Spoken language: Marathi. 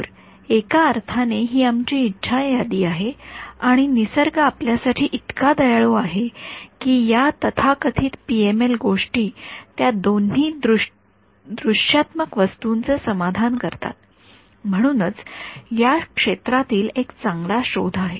तर एका अर्थाने ही आमची इच्छा यादी आहे आणि निसर्ग आपल्यासाठी इतका दयाळू आहे की या तथाकथित पीएमएलगोष्टी त्या दोन्ही दृश्यात्मक वस्तूंचे समाधान करतात म्हणूनच या क्षेत्रातील एक चांगला शोध आहे